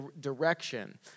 direction